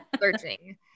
searching